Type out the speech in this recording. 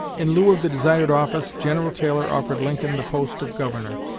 in lieu of the desired office, general taylor offered lincoln the post of governor,